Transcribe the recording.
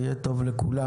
זה יהיה טוב לכולם.